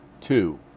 two